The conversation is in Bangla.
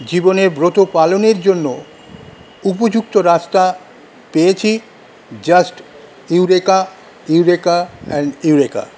জীবনের ব্রত পালনের জন্য উপযুক্ত রাস্তা পেয়েছি just eureka eureka and eureka